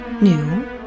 New